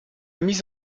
mise